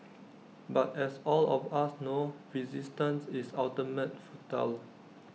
but as all of us know resistance is ultimately futile